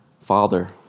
Father